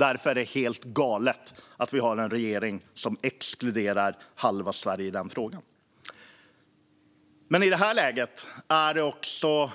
Därför är det helt galet att vi har en regering som exkluderar halva Sverige i frågan. Men i det här läget är det också